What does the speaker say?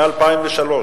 מ-2003,